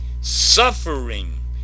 Suffering